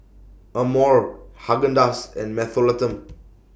Amore Haagen Dazs and Mentholatum